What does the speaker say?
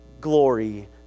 glory